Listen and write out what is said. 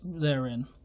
therein